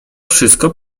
wszystko